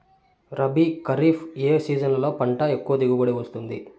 రబీ, ఖరీఫ్ ఏ సీజన్లలో పంట ఎక్కువగా దిగుబడి వస్తుంది